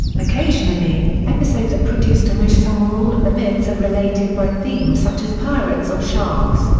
occasionally, episodes are produced in which some or all of the myths are related by theme such as pirates or sharks,